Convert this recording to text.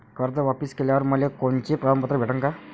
कर्ज वापिस केल्यावर मले कोनचे प्रमाणपत्र भेटन का?